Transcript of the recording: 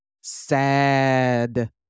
Sad